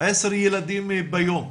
עשרה ילדים ביום,